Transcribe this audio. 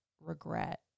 regret